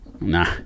Nah